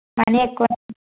money ఎక్కువే